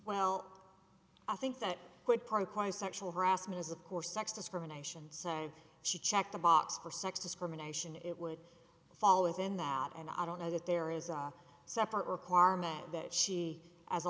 well i think that quid pro quo sexual harassment is of course sex discrimination said she checked the box for sex discrimination it would fall within that and i don't know that there is a separate requirement that she as a